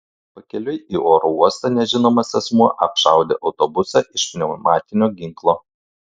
pakeliui į oro uostą nežinomas asmuo apšaudė autobusą iš pneumatinio ginklo